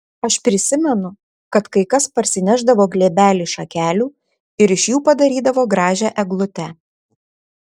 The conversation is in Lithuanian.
aš prisimenu kad kai kas parsinešdavo glėbelį šakelių ir iš jų padarydavo gražią eglutę